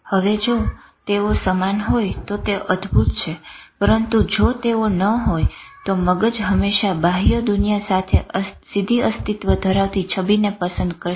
હવે જો તેઓ સમાન હોય તો તે અદભૂત છે પરંતુ જો તેઓ ન હોય તો મગજ હંમેશા બાહ્ય દુનિયા સાથે સીધી અસ્તિત્વ ધરાવતી છબીને પસંદ કરશે